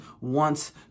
wants